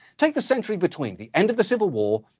take the century between the end of the civil war,